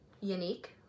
Unique